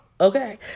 Okay